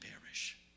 perish